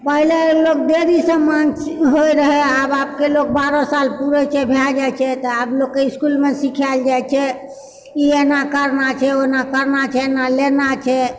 पहिले लोक देरीसँ मानसी होइ रहै आब आबके लोग बारह साल पूरै छै भए जाइत छै तऽ आब लोकके इसकुलमे सिखाएल जाइत छै ई एना करना छै ओना करना छै एना लेनाए छै